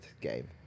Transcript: game